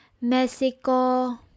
Mexico